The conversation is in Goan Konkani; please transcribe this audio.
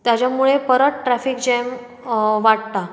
ताज्या मुळे परत ट्रेफिक जेम वाडटा